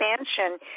expansion